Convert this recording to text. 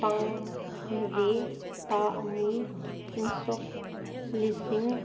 ꯇꯥꯡ ꯃꯔꯤ ꯊꯥ ꯑꯅꯤ ꯏꯪ ꯁꯣꯛ ꯂꯤꯁꯤꯡ